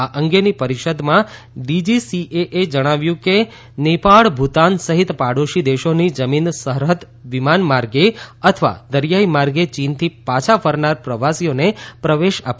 આ અંગેના પરિષદમાં ડીજીસીએએ જણાવ્યું છે કે નેપાળ ભૂતાન સહિત પાડોશી દેશોની જમીન સરહદ વિમાન માર્ગે અથવા દરિયાઈ માર્ગે ચીનથી પાછા ફરનાર પ્રવાસીઓને પ્રવેશ અપાશે નહીં